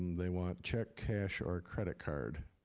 they want check, cash, or credit card.